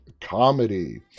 comedy